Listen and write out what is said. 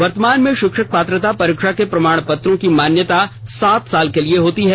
वर्तमान में शिक्षक पात्रता परीक्षा के प्रमाण पत्रों की मान्यता सात साल के लिए होती है